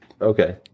Okay